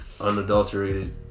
unadulterated